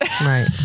Right